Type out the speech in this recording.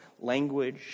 language